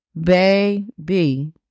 Baby